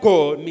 God